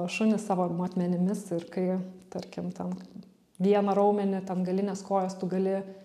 šunys savo matmenimis ir kai tarkim ten vieną raumenį ten galinės kojos tu gali